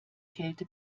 kälte